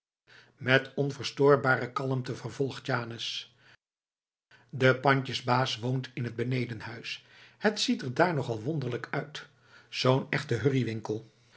met onverstoorbare kalmte vervolgt janus de pandjesbaas woont in het benedenhuis het ziet er daar nog al wonderlijk uit zoo'n